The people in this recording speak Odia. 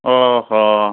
ଓଃ ହ